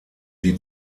die